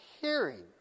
hearing